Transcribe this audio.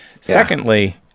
secondly